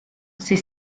c’est